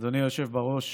אדוני היושב בראש,